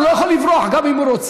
הוא לא יכול לברוח, גם אם הוא רוצה.